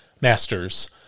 Masters